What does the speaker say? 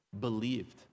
believed